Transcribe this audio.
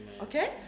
okay